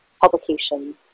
publication